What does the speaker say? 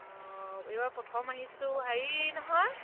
অঁ এইবাৰ প্ৰথম আহিছোঁ হেৰি নহয়